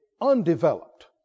undeveloped